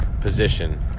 position